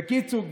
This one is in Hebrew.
בקיצור,